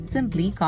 Simply